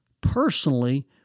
personally